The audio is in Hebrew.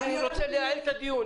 אני רוצה לייעל את הדיון,